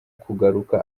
kugaruka